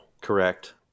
Correct